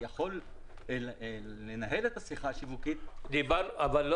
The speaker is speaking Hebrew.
יכול לנהל את השיחה השיווקית --- סליחה.